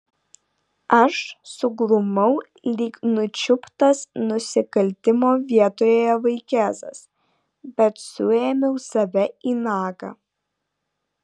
aš suglumau lyg nučiuptas nusikaltimo vietoje vaikėzas bet suėmiau save į nagą